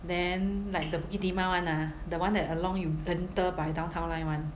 then like the bukit timah [one] ah the one that along you enter by downtown line [one]